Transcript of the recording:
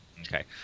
Okay